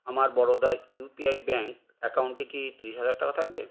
আমার Baroda UPI bank অ্যাকাউন্টে কি তিরিশ হাজার টাকা থাকবে